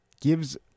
gives